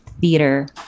theater